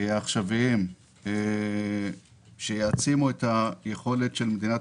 העכשוויים שיעצימו את היכולת של מדינת